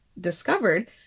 discovered